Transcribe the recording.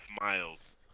miles